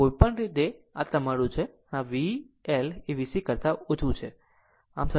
આમ કોઈપણ રીતે આમ આ તમારું છે જ્યારે VLએ VC કરતા ઓછી છે